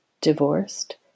divorced